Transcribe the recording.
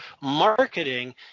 marketing